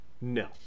No